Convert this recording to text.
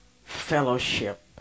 fellowship